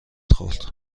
خورد